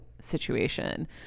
situation